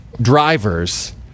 drivers